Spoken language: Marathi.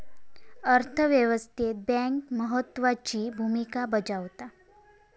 अर्थ व्यवस्थेत बँक महत्त्वाची भूमिका बजावता